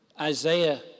Isaiah